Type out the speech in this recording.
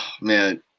man